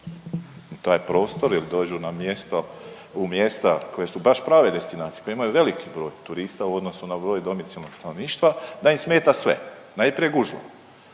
u taj prostor jer dođu na mjesto, u mjesta koja su baš prave destinacije, koje imaju veliki broj turista u odnosu na broj domicilnog stanovništva, da im smeta sve. Najprije gužva,